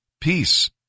peace